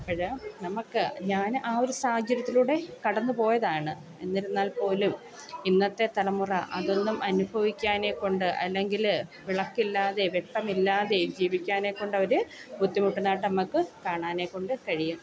അപ്പോൾ നമുക്ക് ഞാൻ ആ ഒരു സാഹചര്യത്തിലൂടെ കടന്നു പോയതാണ് എന്നിരുന്നാൽ പോലും ഇന്നത്തെ തലമുറ അതൊന്നും അനുഭവിക്കാനേക്കൊണ്ട് അല്ലെങ്കിൽ വിളക്കില്ലാതെ വെട്ടമില്ലാതേം ജീവിക്കാനേക്കൊണ്ടവർ ബുദ്ധിമുട്ടുന്നതായിട്ട് നമുക്ക് കാണാനെക്കൊണ്ട് കഴിയും